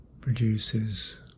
produces